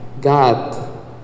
God